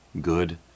good